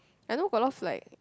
I know got a lot of like